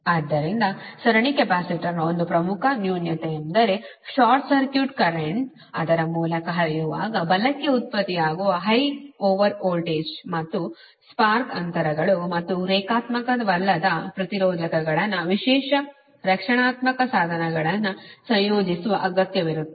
ಆದ್ದರಿಂದ ಸರಣಿಯ ಕೆಪಾಸಿಟರ್ನ ಒಂದು ಪ್ರಮುಖ ನ್ಯೂನತೆಯೆಂದರೆ ಶಾರ್ಟ್ ಸರ್ಕ್ಯೂಟ್ ಕರೆಂಟ್ವು ಅದರ ಮೂಲಕ ಹರಿಯುವಾಗ ಬಲಕ್ಕೆ ಉತ್ಪತ್ತಿಯಾಗುವ ಹೈ ಓವರ್ ವೋಲ್ಟೇಜ್ ಮತ್ತು ಸ್ಪಾರ್ಕ್ ಅಂತರಗಳು ಮತ್ತು ರೇಖಾತ್ಮಕವಲ್ಲದ ಪ್ರತಿರೋಧಕಗಳನ್ನು ವಿಶೇಷ ರಕ್ಷಣಾತ್ಮಕ ಸಾಧನಗಳನ್ನು ಸಂಯೋಜಿಸುವ ಅಗತ್ಯವಿರುತ್ತದೆ